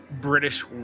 british